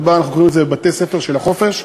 אנחנו קוראים לזה בתי-הספר של החופש הגדול.